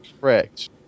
correct